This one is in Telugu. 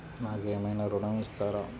నాకు ఏమైనా ఋణం ఇస్తారా?